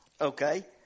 Okay